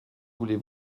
voulez